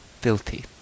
filthy